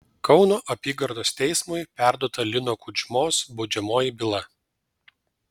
kauno apygardos teismui perduota lino kudžmos baudžiamoji byla